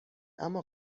اما